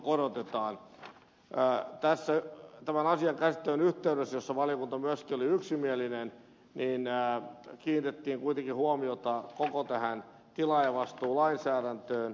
tämän asian käsittelyn yhteydessä jossa valiokunta myöskin oli yksimielinen kiinnitettiin kuitenkin huomiota koko tilaajavastuulainsäädäntöön